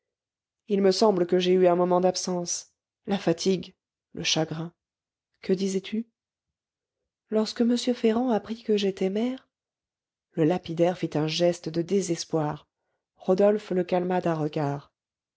il me semble que j'ai eu un moment d'absence la fatigue le chagrin que disais-tu lorsque m ferrand apprit que j'étais mère le lapidaire fit un geste de désespoir rodolphe le calma d'un regard